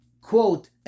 quote